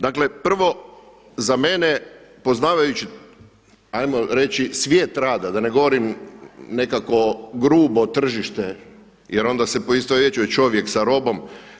Dakle, prvo za mene poznavajući hajmo reći svijet rada da ne govorim nekako grubo tržište, jer onda se poistovjećuje čovjek sa robom.